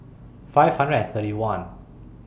five hundred and thirty one